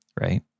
right